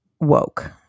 woke